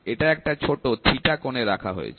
এটা একটা ছোট কোণে রাখা হয়েছে